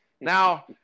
Now